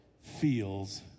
feels